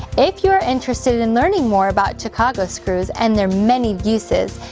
if you are interested in learning more about chicago screws and their many uses,